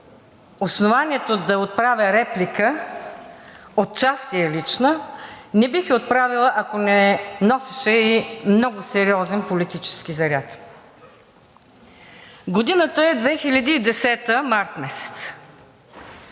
основанието да отправя реплика отчасти е лична. Не бих я отправила, ако не носеше и много сериозен политически заряд. Годината е 2010-а, месец